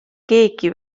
keegi